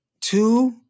two